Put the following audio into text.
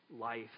life